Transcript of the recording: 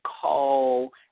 call